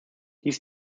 dies